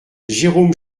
jérôme